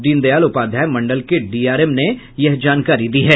दीनदयाल उपाध्याय मंडल के डीआरएम ने यह जानकारी दी है